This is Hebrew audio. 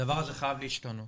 הדבר הזה חייב להשתנות.